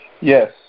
Yes